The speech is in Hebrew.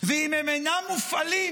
ואם הם אינם מופעלים,